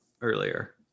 earlier